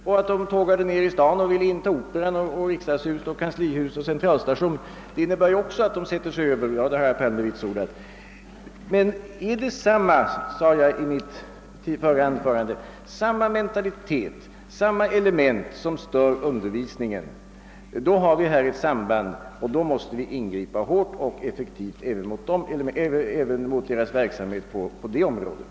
Och att de sedan tågade ner i staden och försökte storma Operan och inta riksdagshuset och kanslihuset och centralstationen innebar ju också att de satte sig över de gällande reglerna; det har herr Palme vitsordat. Men är det samma mentalitet hos dem som gjorde detta och hos de individer som stör undervisningen, då har vi här ett samband, och då måste samhället ingripa hårt och effektivt även mot dessa elements verksamhet på det sistnämnda området.